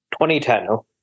2010